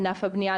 ענף הבנייה,